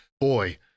boy